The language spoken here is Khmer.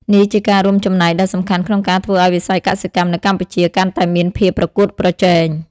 នេះជាការរួមចំណែកដ៏សំខាន់ក្នុងការធ្វើឲ្យវិស័យកសិកម្មនៅកម្ពុជាកាន់តែមានភាពប្រកួតប្រជែង។